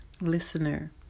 listener